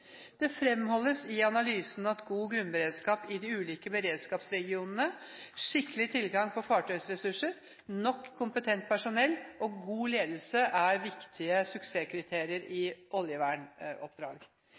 Det fremholdes i analysen at god grunnberedskap i de ulike beredskapsregionene, skikkelig tilgang på fartøysressurser, nok kompetent personell og god ledelse er viktige suksesskriterier